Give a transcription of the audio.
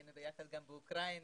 היינו ביחד גם באוקראינה,